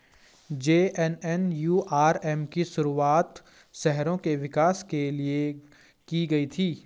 JNNURM की शुरुआत शहरों के विकास के लिए की गई थी